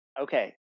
Okay